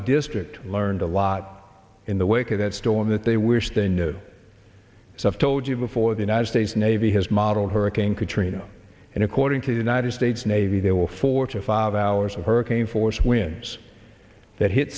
district learned a lot in the wake of that storm that they wish they knew some told you before the united states navy has modeled hurricane katrina and according to the united states navy there were four to five hours of hurricane force winds that hit